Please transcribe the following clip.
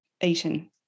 eaten